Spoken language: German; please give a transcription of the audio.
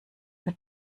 mit